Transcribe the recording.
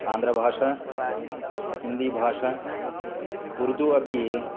आन्ध्रभाषा हिन्दीभाषा उर्दुः अपि